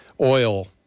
oil